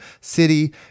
city